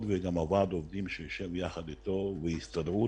וגם לוועד העובדים שיושב יחד אתו וההסתדרות,